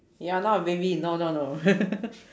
ya not a baby no no no